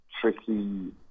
tricky